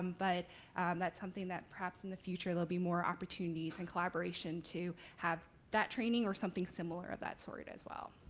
but that's something that perhaps in the future there will be more opportunities and collaboration to have that training or something similar of that sort as well.